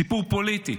סיפור פוליטי.